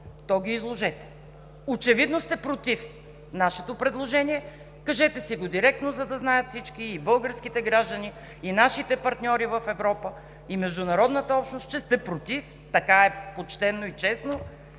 то ги изложете. Очевидно сте против нашето предложение. Кажете си го директно, за да знаят всички – и българските граждани, и нашите партньори в Европа, и международната общност, че сте против. Така е почтено и честно.